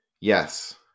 yes